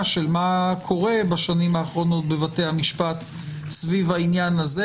של מה קורה בשנים האחרונות בבתי המשפט סביב העניין הזה.